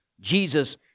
Jesus